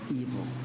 evil